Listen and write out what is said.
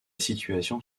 situation